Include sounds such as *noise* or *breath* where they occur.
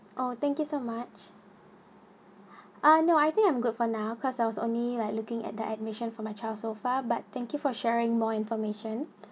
oh thank you so much *breath* ah no I think I'm good for now because I was only like looking at that admission for my child so far but thank you for sharing more information